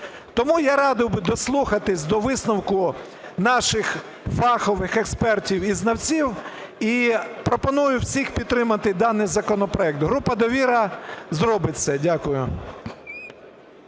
Тому я радив би дослухатися до висновку наших фахових експертів і знавців. І пропоную всім підтримати даний законопроект. Група "Довіра" зробить це. Дякую.